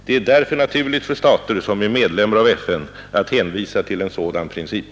Det är därför naturligt för stater som är medlemmar av FN att hänvisa till en sådan princip.